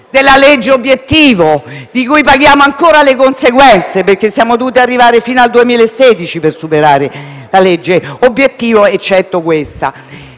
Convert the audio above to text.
della legge obiettivo, di cui paghiamo ancora le conseguenze (perché siamo dovuti arrivare fino al 2016 per superarla, ad eccezione